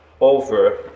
over